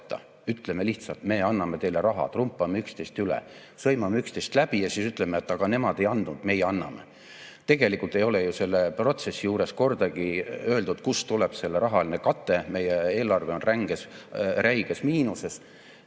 ütleme lihtsalt, et me anname teile raha, trumpame üksteist üle, sõimame üksteist läbi ja siis ütleme, et aga nemad ei andnud, meie anname. Tegelikult ei ole ju selle protsessi juures kordagi öeldud, kust tuleb selle rahaline kate. Meie eelarve on räiges miinuses